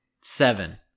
Seven